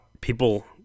people